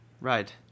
Right